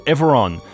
Everon